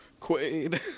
Quaid